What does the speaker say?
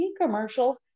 commercials